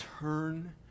turn